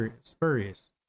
spurious